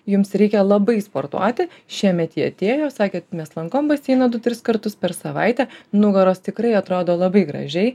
jums reikia labai sportuoti šiemet ji atėjo sakė mes lankom baseiną du tris kartus per savaitę nugaros tikrai atrodo labai gražiai